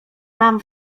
mam